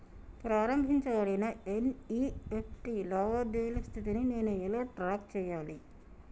ప్రారంభించబడిన ఎన్.ఇ.ఎఫ్.టి లావాదేవీల స్థితిని నేను ఎలా ట్రాక్ చేయాలి?